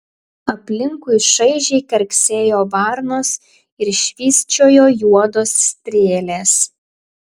aplinkui šaižiai karksėjo varnos ir švysčiojo juodos strėlės